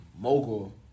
mogul